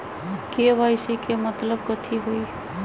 KYC के मतलब कथी होई?